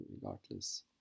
regardless